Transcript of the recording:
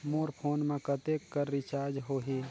मोर phone मा कतेक कर रिचार्ज हो ही?